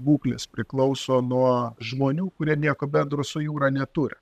būklės priklauso nuo žmonių kurie nieko bendro su jūra neturi